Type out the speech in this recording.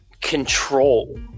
control